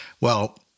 Well-